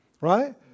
right